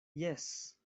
jes